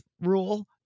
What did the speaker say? rule